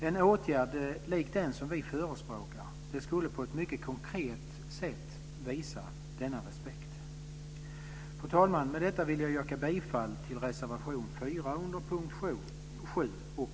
En åtgärd lik den som vi förespråkar skulle på ett mycket konkret sätt visa denna respekt. Fru talman! Med detta vill jag yrka bifall till reservation 4 under punkt 7.